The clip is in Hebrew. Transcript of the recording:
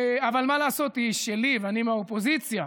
אבל מה לעשות, היא שלי ואני מהאופוזיציה,